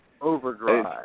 overdrive